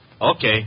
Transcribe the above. Okay